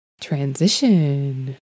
Transition